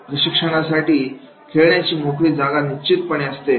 प्रशिक्षणासाठी खेळण्याच्या मोकळी जागा निश्चितपणे असते